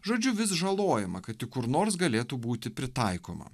žodžiu vis žalojama kad tik kur nors galėtų būti pritaikoma